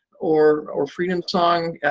or or freedom song.